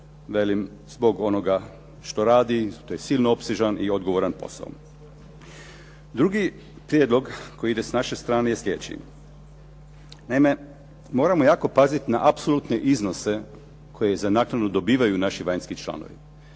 velim, zbog onoga što radi, to je silno opsežan i odgovoran posao. Drugi prijedlog koji ide s naše strane je sljedeći. Naime, moramo jako paziti na apsolutne iznose koje za naknadu dobivaju naši vanjski članovi.